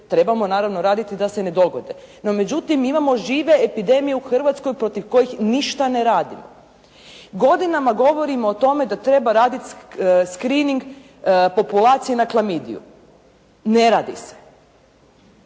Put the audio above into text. trebamo, naravno raditi da se ne dogode, no međutim, imamo žive epidemije u Hrvatskoj protiv kojih ništa ne radimo. Godinama govorimo o tome da treba raditi screnning populacije na klamidiju, ne radi se.